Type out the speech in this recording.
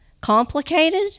complicated